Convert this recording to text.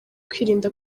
kwirinda